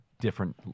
different